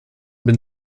been